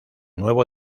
nuevo